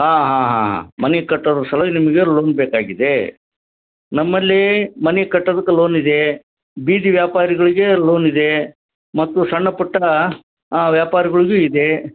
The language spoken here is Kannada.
ಹಾಂ ಹಾಂ ಹಾಂ ಹಾಂ ಮನೆ ಕಟ್ಟೋದ್ರ ಸಲುವಾಗಿ ನಿಮಗೆ ಲೋನ್ ಬೇಕಾಗಿದೆ ನಮ್ಮಲ್ಲಿ ಮನೆ ಕಟ್ಟೋದಕ್ಕೆ ಲೋನ್ ಇದೆ ಬೀದಿ ವ್ಯಾಪಾರಿಗಳಿಗೆ ಲೋನ್ ಇದೆ ಮತ್ತು ಸಣ್ಣ ಪುಟ್ಟ ಹಾಂ ವ್ಯಾಪಾರಿಗುಳಿಗು ಇದೆ